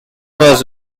was